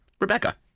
Rebecca